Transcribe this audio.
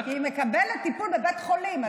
היא מקבלת טיפול בבית חולים,